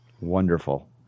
Wonderful